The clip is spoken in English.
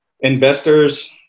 investors